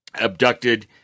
abducted